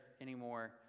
anymore